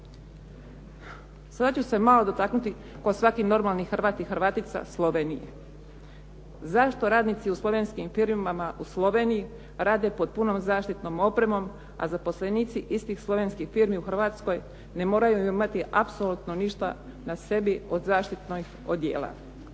Sada ću se malo dotaknuti kao svaki normalni Hrvat i Hrvatica Slovenije. Zašto radnici u slovenskim firmama u Sloveniji rade pod punom zaštitnom opremom, a zaposlenici istih slovenskih firmi u Hrvatskoj ne moraju imati apsolutno ništa na sebi od zaštitnog odijela.